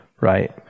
Right